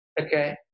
Okay